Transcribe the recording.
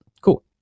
Cool